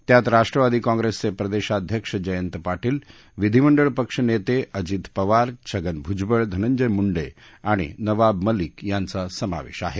त्यात राष्ट्रवादी काँप्रेसचे प्रदेशाध्यक्ष जयंत पाटील विधीमंडळ पक्षनेते अजित पवार छगन भुजबळ धनजय मुंडे आणि नवाब मलिक यांचा समावेश आहे